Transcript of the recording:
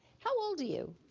how old are you?